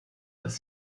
das